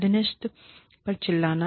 अधीनस्थ पर चिल्लाना